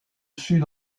sud